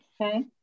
Okay